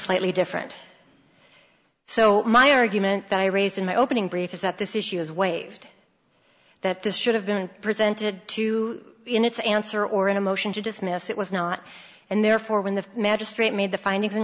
slightly different so my argument that i raised in my opening brief is that this issue is waived that this should have been presented to in its answer or in a motion to dismiss it was not and therefore when the magistrate made the finding